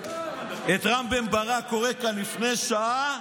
את רם בן ברק קורא כאן לפני שעה: